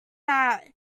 that